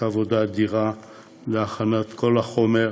שעשתה עבודה אדירה להכנת כל החומר,